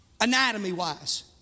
anatomy-wise